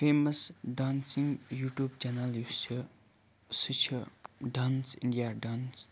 famous dancing YouTube channel یُس چھِ سُہ چھِ ڈانس اِنٛڈیا ڈانس